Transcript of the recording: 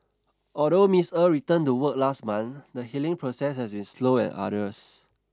although Miss Er returned to work last month the healing process has been slow and arduous